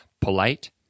polite